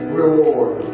reward